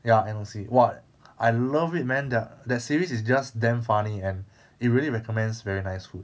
ya N_O_C !wah! I love it man that the series is just damn funny and it really recommends very nice food